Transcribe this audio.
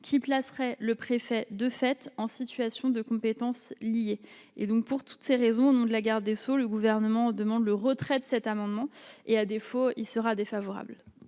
qui placerait le préfet de fait en situation de compétences liées et donc pour toutes ces raisons, au nom de la garde des sceaux, le gouvernement demande le retrait de cet amendement et, à défaut, y sera défavorable.